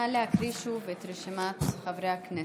נא להקריא שוב את רשימת חברי הכנסת.